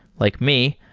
like me,